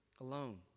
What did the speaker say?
alone